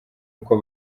uko